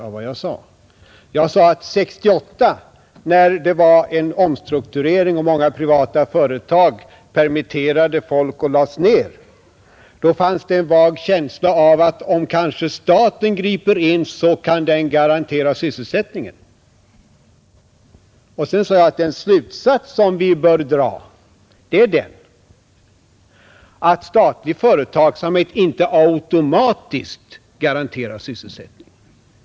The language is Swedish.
Jag sade att 1968, när det pågick en omstrukturering och många privata företag permitterade folk eller lades ned, fanns det en vag känsla av att om staten griper in så kan den kanske garantera sysselsättningen. Men sedan sade jag att den slutsats som vi bör dra inte är den att statlig företagsamhet automatiskt garanterar sysselsättning.